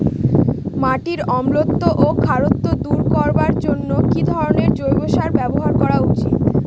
মাটির অম্লত্ব ও খারত্ব দূর করবার জন্য কি ধরণের জৈব সার ব্যাবহার করা উচিৎ?